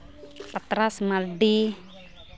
ᱯᱟᱛᱨᱟᱥ Mardi